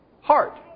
heart